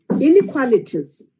Inequalities